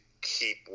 keep